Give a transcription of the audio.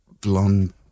blonde